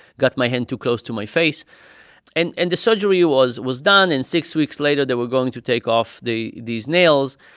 got my hand too close to my face and and the surgery was was done. and six weeks later, they were going to take off these nails.